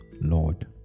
Lord